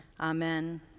Amen